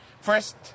first